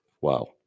Wow